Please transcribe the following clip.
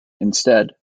instead